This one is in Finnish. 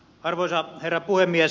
arvoisa herra puhemies